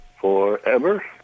forever